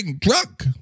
drunk